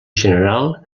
general